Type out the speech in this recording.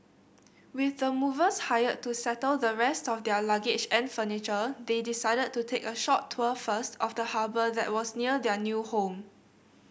with the movers hired to settle the rest of their luggage and furniture they decided to take a short tour first of the harbour that was near their new home